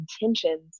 intentions